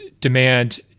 demand